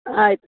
ಆಯಿತು